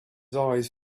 eyes